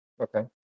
Okay